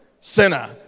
Sinner